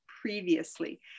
previously